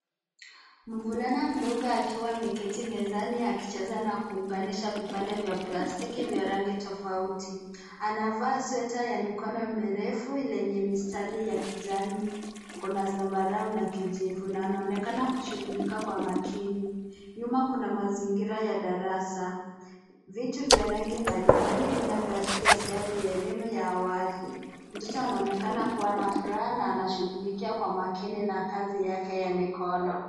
Mvulana mdogo akiwa ameketi mezani akicheza na kuunganisha vipande vya plastiki vya rangi tofauti. Anavaa sweta ya mikono mirefu lenye mistari ya kijani kuna zambarau na kijivu na anaonekana kushughulika kwa makini. Nyuma kuna mazingira ya darasa. Vitu vya rangi mbalimbali vinavyoashilia sehemu ya elimu ya awali. Mtoto anaonekana kuwa na furaha na anashughulikia kwa makini na kazi yake ya mikono.